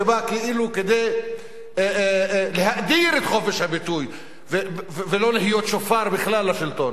שבא כאילו כדי להאדיר את חופש הביטוי ולא להיות שופר בכלל לשלטון,